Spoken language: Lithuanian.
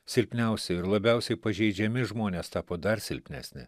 silpniausi ir labiausiai pažeidžiami žmonės tapo dar silpnesni